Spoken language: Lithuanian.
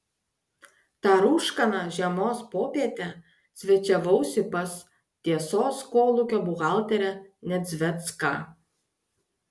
tą rūškaną žiemos popietę svečiavausi pas tiesos kolūkio buhalterę nedzvecką